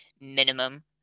minimum